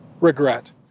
regret